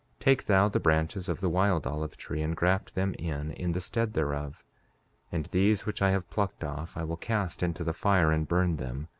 take thou the branches of the wild olive-tree, and graft them in, in the stead thereof and these which i have plucked off i will cast into the fire and burn them,